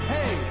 Hey